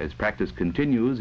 as practice continues